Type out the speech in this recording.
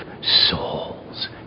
souls